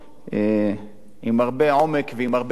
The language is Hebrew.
עם הרבה עומק ועם הרבה רגש,